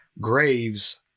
Graves